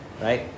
right